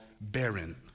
barren